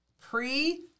pre